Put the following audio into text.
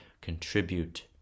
Contribute